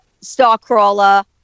Starcrawler